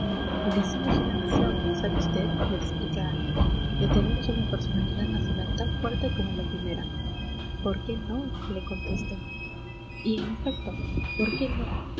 le somos una nación sabe usted me explica alguien le tenemos una personalidad nacional tan fuerte como la primera por qué no le contesto y en efecto por qué no